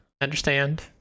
Understand